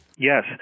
Yes